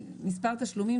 מספר תשלומים,